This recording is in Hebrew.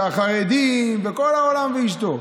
והחרדים וכל העולם ואשתו.